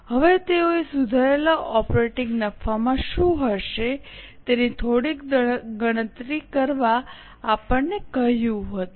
હવે તેઓએ સુધારેલા ઓપરેટીંગ નફામાં શું હશે તેની થોડીક ગણતરી કરવા આપણ ને કહ્યું હતું